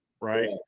Right